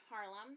Harlem